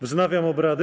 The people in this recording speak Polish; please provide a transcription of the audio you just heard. Wznawiam obrady.